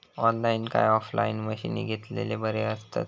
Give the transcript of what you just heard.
Online काय offline मशीनी घेतलेले बरे आसतात?